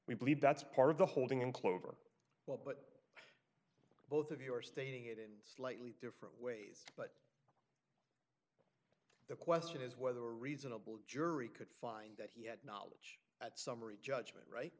we believe that's part of the holding in clover well but both of you are stating it in slightly different ways but the question is whether a reasonable jury could find that he had knowledge that summary judgment right